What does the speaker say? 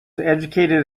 educated